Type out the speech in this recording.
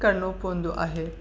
करिणो पवंदो आहे